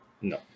no